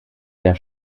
der